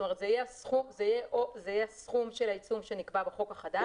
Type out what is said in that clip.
זה יהיה סכום של העיצום שנקבע בחוק החדש.